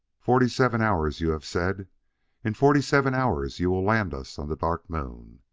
forty-seven hours you have said in forty-seven hours you will land us on the dark moon.